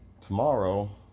tomorrow